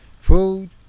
Food